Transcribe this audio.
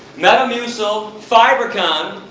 metamucil, fibercon,